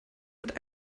mit